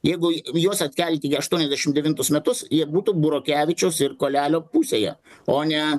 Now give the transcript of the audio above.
jeigu juos atkelti į aštuoniasdešimt devintus metus jie būtų burokevičiaus ir kuolelio pusėje o ne